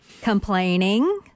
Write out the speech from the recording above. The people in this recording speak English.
complaining